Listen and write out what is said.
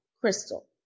Crystal